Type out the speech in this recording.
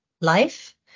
Life